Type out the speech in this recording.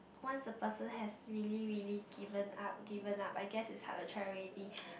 once the person has really really given up given up I guess it's hard to try already